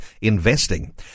Investing